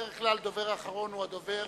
בדרך כלל הדובר האחרון הוא הדובר